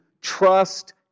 trust